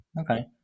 Okay